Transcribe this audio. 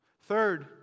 Third